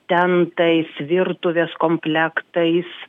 tentais virtuvės komplektais